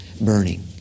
burning